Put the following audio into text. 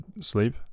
sleep